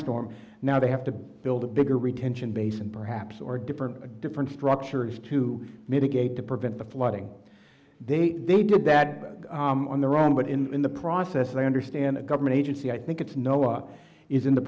storm now they have to build a bigger retention base and perhaps or different a different structure to mitigate to prevent the flooding they they do bad on their own but in the process i understand a government agency i think it's no law is in the